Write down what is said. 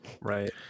right